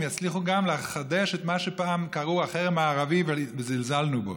הם יצליחו גם לחדש את מה שפעם קראו החרם הערבי וזלזלנו בו.